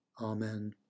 Amen